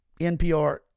NPR